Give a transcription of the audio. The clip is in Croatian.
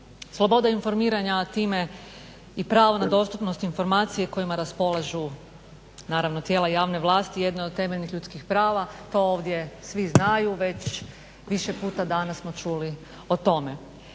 Sloboda informiranja, a time i pravo na dostupnost informacije kojima raspolažu naravno tijela javne vlasti jedno je od temeljnih ljudskih prava, to ovdje svi znaju već više puta danas smo čuli o tome.